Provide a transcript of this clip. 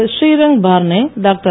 Shrirang Barne doctor